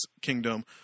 kingdom